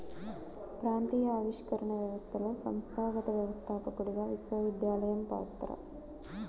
ప్రాంతీయ ఆవిష్కరణ వ్యవస్థలో సంస్థాగత వ్యవస్థాపకుడిగా విశ్వవిద్యాలయం పాత్ర